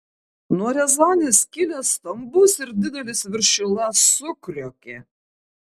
nuo riazanės kilęs stambus ir didelis viršila sukriokė